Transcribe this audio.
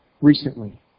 recently